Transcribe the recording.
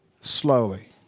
slowly